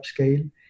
upscale